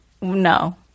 no